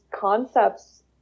concepts